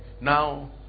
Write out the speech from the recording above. now